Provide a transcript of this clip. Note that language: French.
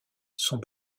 sont